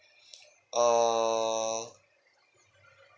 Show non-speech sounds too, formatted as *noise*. *breath* ah